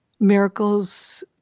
miracles